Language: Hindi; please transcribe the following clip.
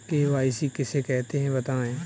के.वाई.सी किसे कहते हैं बताएँ?